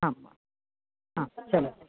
आं वा आं चलति